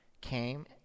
came